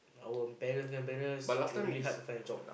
our parents grandparents were really hard to find a job